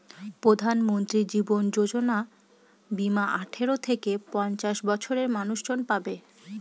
প্রধানমন্ত্রী জীবন যোজনা বীমা আঠারো থেকে পঞ্চাশ বছরের মানুষজন পাবে